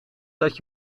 dat